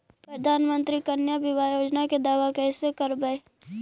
प्रधानमंत्री कन्या बिबाह योजना के दाबा कैसे करबै?